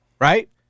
right